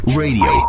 radio